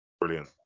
brilliant